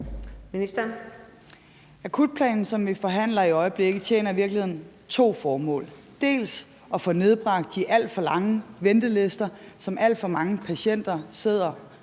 Akutplanen, som vi forhandler i øjeblikket, tjener i virkeligheden to formål, dels at få nedbragt de alt for lange ventelister, som alt for mange patienter er